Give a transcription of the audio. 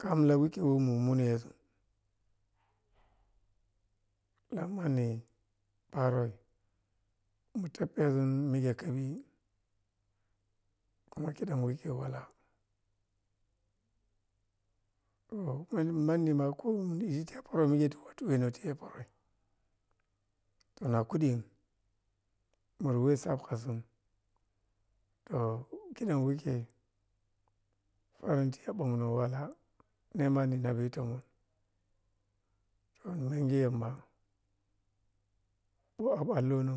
Kham la wikhe mu muneʒuh khan manni paroh niteppeʒum mikhe kabi ama kida ma wikhe walah to manni kho tiyaʒi pəroi to na khuduyin muri wesap khaʒum to khudan wikhe parotia bonne walah ne ma ne nam vi tomon mengi yamba allona